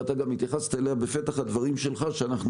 ואתה גם התייחסת אליה בפתח הדברים שלך שאנחנו